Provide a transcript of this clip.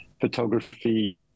photography